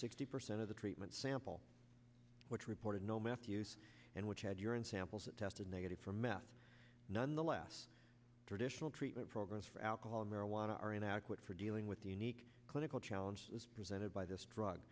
sixty percent of the treatment sample which reported no meth use and which had urine samples that tested negative for meth none the less traditional treatment programs for alcohol and marijuana are inadequate for dealing with the unique clinical challenges presented by this drug